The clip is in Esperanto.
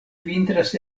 vintras